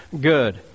good